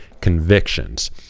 convictions